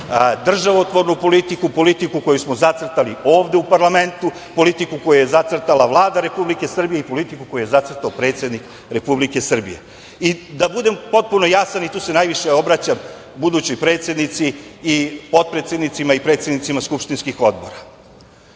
državotvornu politiku, politiku koju smo zacrtali ovde u parlamentu, politiku koju je zacrtala Vlada Republike Srbije i politiku koju je zacrtao predsednik Republike Srbije. Da budem potpuno jasan. Tu se najviše obraćam budućoj predsednici i potpredsednicima i predsednicima skupštinskih odbora.